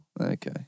Okay